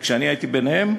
כשאני הייתי ביניהם,